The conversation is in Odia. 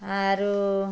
ଆରୁ